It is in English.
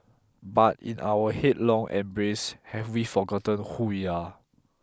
but in our headlong embrace have we forgotten who we are